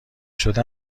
شده